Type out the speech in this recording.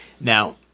Now